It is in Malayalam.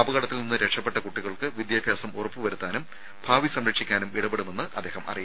അപകടത്തിൽ നിന്ന് രക്ഷപ്പെട്ട കുട്ടികൾക്ക് വിദ്യാഭ്യാസം ഉറപ്പ് വരുത്താനും ഭാവി സംരക്ഷിക്കാനും ഇടപെടുമെന്ന് അദ്ദേഹം അറിയിച്ചു